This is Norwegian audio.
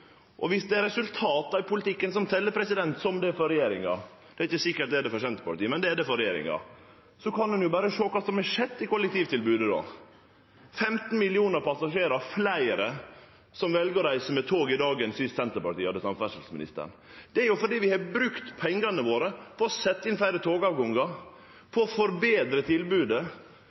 Og viss det er resultatet av politikken som tel, slik det er for regjeringa – det er ikkje sikkert det er det for Senterpartiet, men det er det for regjeringa – kan ein jo berre sjå på kva som har skjedd med kollektivtilbodet. Det er 15 millionar fleire passasjerar som vel å reise med tog i dag enn sist Senterpartiet hadde samferdselsministeren. Det er fordi vi har brukt pengane våre på å setje inn fleire togavgangar, på å gjere tilbodet betre.